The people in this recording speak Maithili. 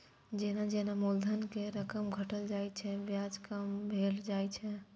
जेना जेना मूलधन के रकम घटल जाइ छै, ब्याज कम भेल जाइ छै